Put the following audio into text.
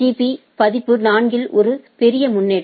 பீ பதிப்பு நான்கில் ஒரு பெரிய முன்னேற்றம்